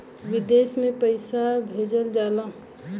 विदेश में पैसा कैसे भेजल जाला?